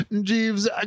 Jeeves